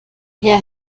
herr